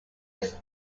was